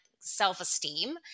self-esteem